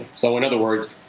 so, in other words,